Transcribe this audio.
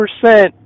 percent